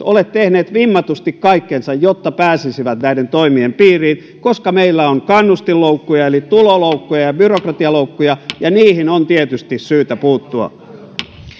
ole tehneet vimmatusti kaikkeansa jotta pääsisivät näiden toimien piiriin koska meillä on kannustinloukkuja eli tuloloukkuja ja ja byrokratialoukkuja ja niihin on tietysti syytä puuttua